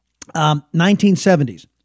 1970s